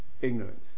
ignorance